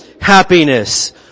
happiness